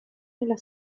nella